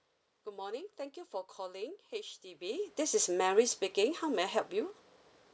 good morning thank you for calling H_D_B it this is mary speaking how may I help you